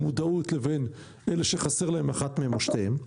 מודעות לבין אלה שחסר להם אחד מהם או שניהם,